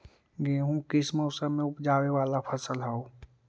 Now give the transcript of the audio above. गेहूं किस मौसम में ऊपजावे वाला फसल हउ?